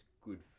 good